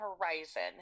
horizon